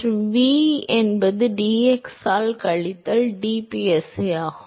மற்றும் v என்பது dx ஆல் கழித்தல் dpsi ஆகும்